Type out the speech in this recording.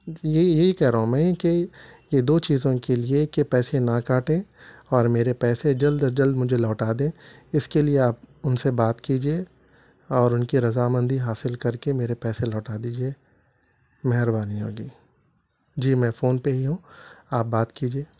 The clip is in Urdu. یہی یہی کہہ رہا ہوں میں کہ یہ دو چیزوں کے لیے کہ پیسے نہ کاٹیں اور میرے پیسے جلد از جلد مجھے لوٹا دیں اس کے لیے آپ ان سے بات کیجیے اور ان کی رضامندی حاصل کر کے میرے پیسے لوٹا دیجیے مہربانی ہوگی جی میں فون پہ ہی ہوں آپ بات کیجیے